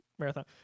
marathon